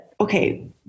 okay